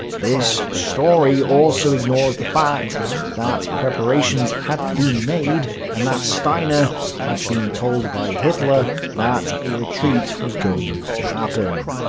this story also ignores the fact that preparations had been made, and that steiner had been told by hitler that a retreat was going to happen.